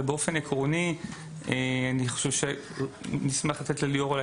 אבל באופן עקרוני אני חושב שאני אשמח לתת לליאורה אולי